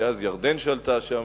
כי אז ירדן שלטה שם,